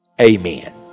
Amen